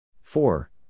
Four